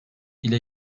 ile